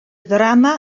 ddrama